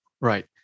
Right